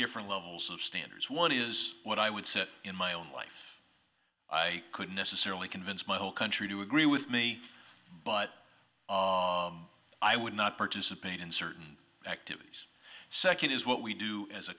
different levels of standards one is what i would sit in my own life i could necessarily convince my whole country to agree with me but i would not participate in certain activities second is what we do as a